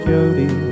Jody